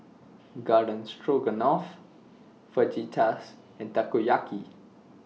Garden Stroganoff Fajitas and Takoyaki